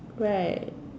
right